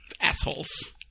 assholes